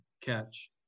catch